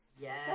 Yes